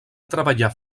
treballar